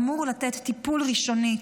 אמור לתת טיפול ראשוני,